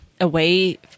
away